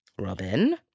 Robin